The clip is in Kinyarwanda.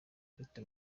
afite